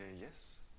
Yes